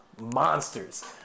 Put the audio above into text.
monsters